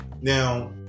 Now